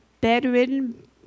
bedridden